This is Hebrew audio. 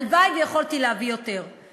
הלוואי שיכולתי להביא יותר.